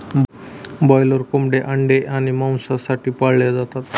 broiler कोंबड्या अंडे आणि मांस साठी पाळल्या जातात